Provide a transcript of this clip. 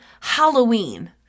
Halloween